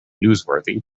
newsworthy